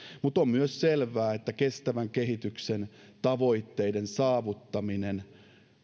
mutta on myös selvää että kestävän kehityksen tavoitteiden saavuttaminen